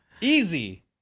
Easy